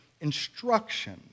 instruction